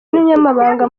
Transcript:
n’umunyamabanga